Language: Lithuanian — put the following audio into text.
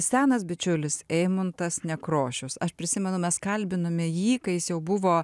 senas bičiulis eimuntas nekrošius aš prisimenu mes kalbinome jį kai jis jau buvo